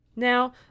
Now